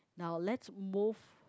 now let's move